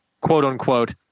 quote-unquote